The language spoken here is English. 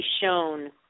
shown